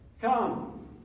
Come